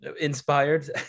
Inspired